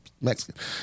Mexican